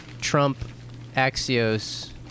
Trump-Axios